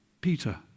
Peter